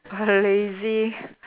uh lazy